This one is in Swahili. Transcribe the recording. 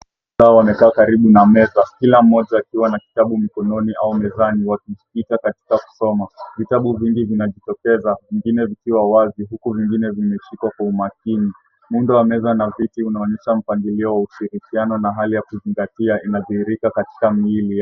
Watu hawa wamekaa karibu na meza, kila mmoja akiwa na kitabu mikononi au wamejihusisha katika kusoma. Vitabu vingi vinajitokeza vingine vikiwa wazi huku vingine vimeshikwa kwa umakini. Muundo wa meza na viti unaonyesha mpangilio wa ushirikiano na hali ya kuzingitia inadhihirika katika mili yao.